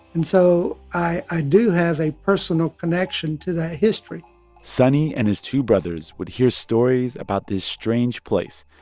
and so i do have a personal connection to that history sonny and his two brothers would hear stories about this strange place,